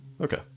Okay